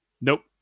Nope